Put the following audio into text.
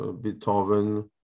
Beethoven